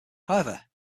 however